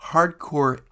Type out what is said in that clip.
Hardcore